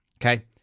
okay